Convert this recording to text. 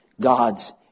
God's